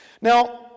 Now